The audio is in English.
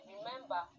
Remember